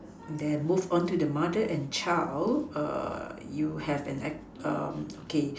then move on to the mother and child you have an act okay